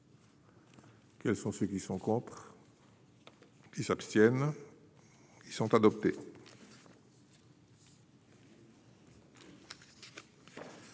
Quels sont ceux qui sont contre. Ils s'abstiennent, ils sont adoptés.